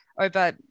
over